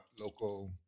local